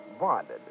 bonded